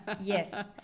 Yes